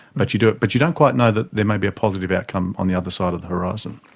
but you don't but you don't quite know that there may be a positive outcome on the other side of the horizon.